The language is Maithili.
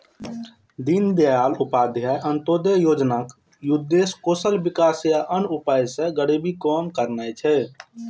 दीनदयाल उपाध्याय अंत्योदय योजनाक उद्देश्य कौशल विकास आ अन्य उपाय सं गरीबी कम करना छै